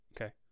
Okay